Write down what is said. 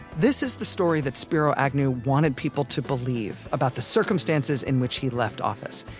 this is the story that spiro agnew wanted people to believe about the circumstances in which he left office.